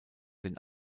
den